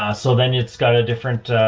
ah so then it's got a different,